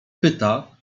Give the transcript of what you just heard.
pyta